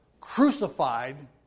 crucified